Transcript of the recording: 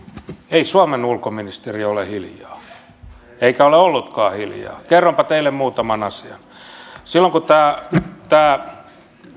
ei suomen ulkoministeriö ole hiljaa eikä ole ollutkaan hiljaa kerronpa teille muutaman asian silloin kun tämä tämä